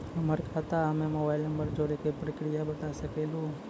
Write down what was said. हमर खाता हम्मे मोबाइल नंबर जोड़े के प्रक्रिया बता सकें लू?